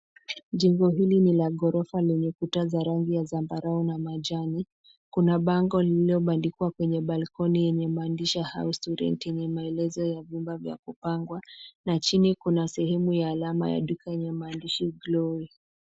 Jengo hili ni la gorofa lenye kuta za rangi ya zambarau na majani. Kuna bango lililobandikwa kwenye balcony yenye maandishi House to let yenye maelezo ya vyumba vya kupangwa na chini kuna sehemu ya alama ya duka yenye maandishi Glory .